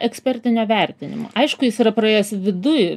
ekspertinio vertinimo aišku jis yra praėjęs viduj